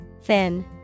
Thin